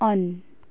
on